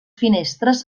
finestres